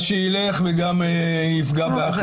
שילך ויפגע באחרים.